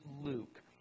Luke